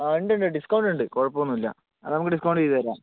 ആ ഉണ്ട് ഉണ്ട് ഡിസ്കൗണ്ട് ഉണ്ട് കുഴപ്പമൊന്നുമില്ല അതു നമുക്ക് ഡിസ്കൗണ്ട് ചെയ്ത് തരാം